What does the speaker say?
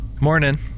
Morning